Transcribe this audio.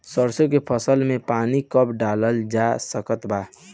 सरसों के फसल में पानी कब डालल जा सकत बा?